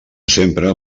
sempre